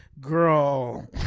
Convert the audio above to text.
Girl